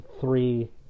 three